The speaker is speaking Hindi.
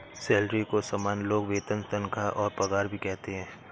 सैलरी को सामान्य लोग वेतन तनख्वाह और पगार भी कहते है